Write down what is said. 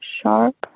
Sharp